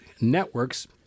Networks